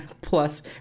plus